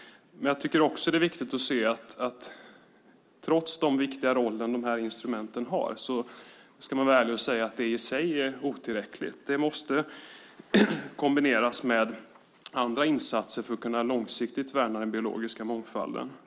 Trots de viktiga roller de här instrumenten har ska man vara ärlig och säga att det i sig är otillräckligt. Det måste kombineras med andra insatser för att vi långsiktigt ska kunna värna den biologiska mångfalden.